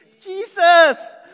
Jesus